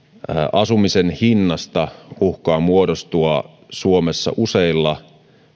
asumisen hinnasta uhkaa muodostua suomessa useilla